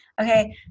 okay